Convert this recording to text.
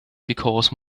because